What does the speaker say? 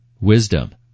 wisdom